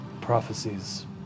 Prophecies